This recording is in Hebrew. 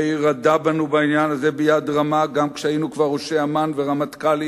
מאיר רדה בנו בעניין הזה ביד רמה גם כשהיינו כבר ראשי אמ"ן ורמטכ"לים,